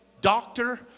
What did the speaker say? doctor